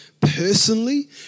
personally